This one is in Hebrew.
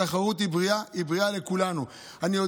התחרות בריאה, היא בריאה לכולנו.